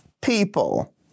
people